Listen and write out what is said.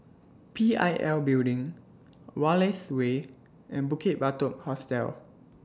P I L Building Wallace Way and Bukit Batok Hostel